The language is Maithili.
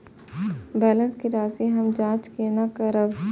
बैलेंस के राशि हम जाँच केना करब?